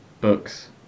books